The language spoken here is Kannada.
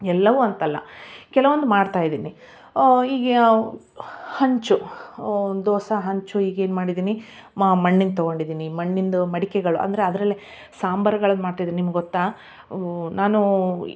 ಎಲ್ಲವೂ ಅಂತಲ್ಲ ಕೆಲವೊಂದು ಮಾಡ್ತಾಯಿದೀನಿ ಈಗ ಯಾ ಹಂಚು ಒಂದು ಹೊಸ ಹಂಚು ಈಗೇನು ಮಾಡಿದೀನಿ ಮಣ್ಣಿಂದು ತಗೊಂಡಿದೀನಿ ಮಣ್ಣಿಂದು ಮಡಿಕೆಗಳು ಅಂದರೆ ಅದರಲ್ಲೆ ಸಾಂಬಾರುಗಳನ್ ಮಾಡ್ತಯಿದೀನ್ ನಿಮ್ಗೆ ಗೊತ್ತಾ ನಾನೂ